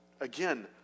again